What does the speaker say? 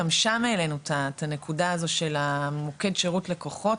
גם שם העלינו את הנקודה הזאת של מוקד שירות הלקוחות.